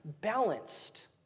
balanced